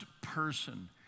person